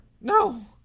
No